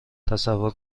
تصور